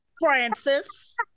Francis